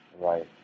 Right